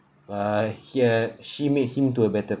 uh he uh she made him into a better